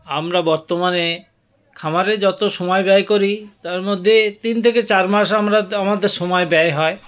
আমরা বর্তমানে খামারে যত সময় ব্যয় করি তার মধ্যে তিন থেকে চার মাস আমরা আমাদের সময় ব্যয় হয়